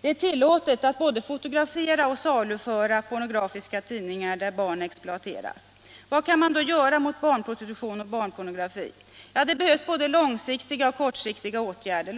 Det är tillåtet att både fotografera och saluföra pornografiska tidningar där barn exploateras. Vad kan man då göra mot barnprostitution och barnpornografi? Det behövs både långsiktiga och kortsiktiga åtgärder.